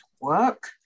work